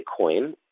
Bitcoin